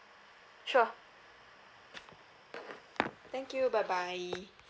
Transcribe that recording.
sure thank you bye bye